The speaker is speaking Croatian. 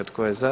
Tko je za?